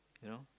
you know